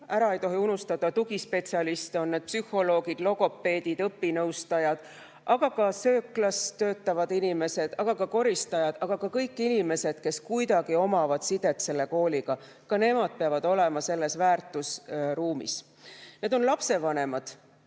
Ära ei tohi unustada tugispetsialiste – on need psühholoogid, logopeedid, õpinõustajad, aga ka sööklas töötavad inimesed ja koristajad. Kõik need on inimesed, kes kuidagi omavad sidet kooliga, ja ka nemad peavad olema selles väärtusruumis. Seal on ka lapsevanemad,